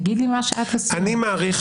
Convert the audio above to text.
אמרתי בבוקר שאני מעריך